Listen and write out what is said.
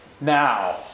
Now